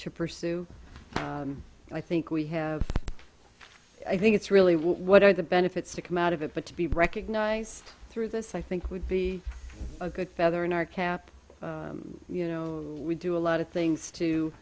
to pursue and i think we have i think it's really what are the benefits to come out of it but to be recognized through this i think would be a good feather in our cap you know we do a lot of things to